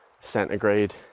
centigrade